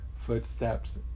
footsteps